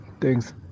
Thanks